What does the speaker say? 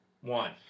one